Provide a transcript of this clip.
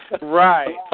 Right